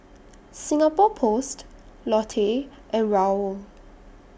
Singapore Post Lotte and Raoul